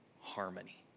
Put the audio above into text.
harmony